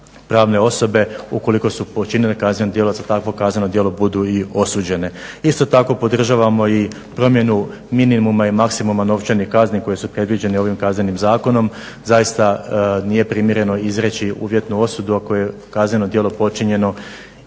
pravne osobe ukoliko su počinile kazneno djelo da za takvo kazneno djelo budu i osuđene. Isto tako podržavamo promjenu minimuma i maksimuma novčanih kazni koje su predviđene ovim Kaznenim zakonom. Zaista nije primjereno izreći uvjetnu osudu ako je kazneno djelo počinjeno